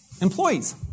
employees